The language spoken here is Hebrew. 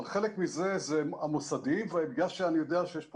אבל חלק מזה זה המוסדי והאתגר אני יודע שיש פה